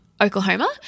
Oklahoma